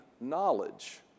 knowledge